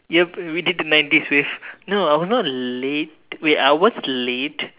yup we did the nineties waves wait I was not late wait I was the late